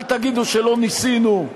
אל תגידו שלא ניסינו.